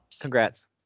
Congrats